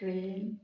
train